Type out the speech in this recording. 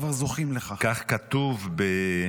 התשפ"ה 2024,